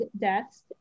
deaths